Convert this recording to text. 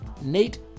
Nate